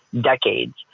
decades